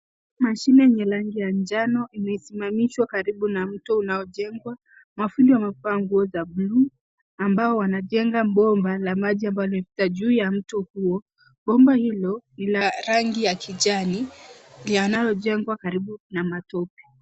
Mashine yenye rangi ya njano imesimamishwa karibu na mto unaojengwa. Mafundi wamevaa nguo za buluu ambao wanajenga bomba la maji ambao umepita juu ya mto huo. Bomba hilo ni la rangi ya kijani yanayojengwa karibu na matope.